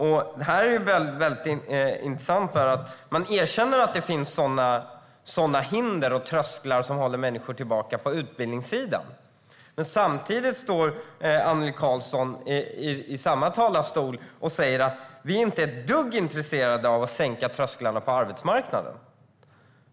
Man erkänner alltså att det finns sådana hinder - trösklar som håller människor tillbaka - på utbildningssidan. Men samtidigt står Annelie Karlsson i talarstolen och säger att hon inte är ett dugg intresserad av att sänka trösklarna på arbetsmarknaden.